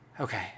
Okay